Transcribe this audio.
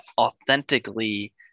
authentically